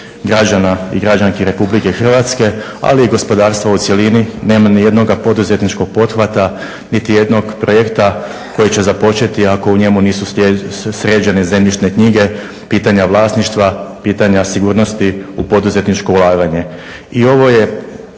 građana i građanki Republike Hrvatske, ali i gospodarstva u cjelini. Nema ni jednoga poduzetničkog pothvata, niti jednog projekta koji će započeti ako u njemu nisu sređene zemljišne knjige, pitanja vlasništva, pitanja sigurnosti u poduzetničko ulaganje. I ovo je